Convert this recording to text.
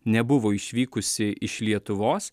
nebuvo išvykusi iš lietuvos